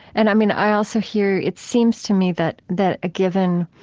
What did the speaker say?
and i mean, i also hear it seems to me that that a given